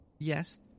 Yes